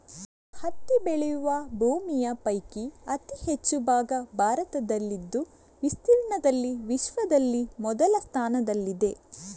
ಹತ್ತಿ ಬೆಳೆಯುವ ಭೂಮಿಯ ಪೈಕಿ ಅತಿ ಹೆಚ್ಚು ಭಾಗ ಭಾರತದಲ್ಲಿದ್ದು ವಿಸ್ತೀರ್ಣದಲ್ಲಿ ವಿಶ್ವದಲ್ಲಿ ಮೊದಲ ಸ್ಥಾನದಲ್ಲಿದೆ